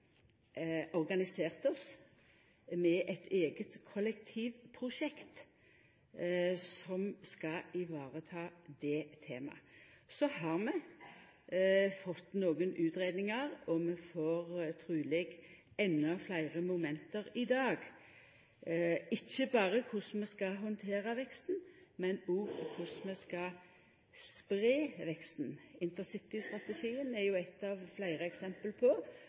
eit eige kollektivprosjekt som skal vareta det temaet. Så har vi fått nokre utgreiingar, og vi får truleg endå fleire moment i dag – ikkje berre om korleis vi skal handtera veksten, men òg om korleis vi skal spreia veksten. Intercitystrategien er eitt av fleire eksempel på